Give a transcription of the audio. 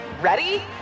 Ready